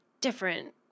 different